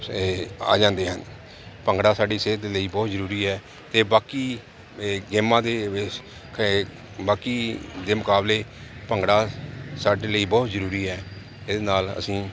ਇਹ ਆ ਜਾਂਦੇ ਹਨ ਭੰਗੜਾ ਸਾਡੀ ਸਿਹਤ ਲਈ ਬਹੁਤ ਜ਼ਰੂਰੀ ਹੈ ਅਤੇ ਬਾਕੀ ਇ ਗੇਮਾਂ ਦੇ ਵਿੱਚ ਬਾਕੀ ਦੇ ਮੁਕਾਬਲੇ ਭੰਗੜਾ ਸਾਡੇ ਲਈ ਬਹੁਤ ਜ਼ਰੂਰੀ ਹੈ ਇਹਦੇ ਨਾਲ ਅਸੀਂ